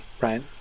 Right